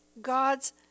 God's